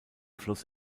fluss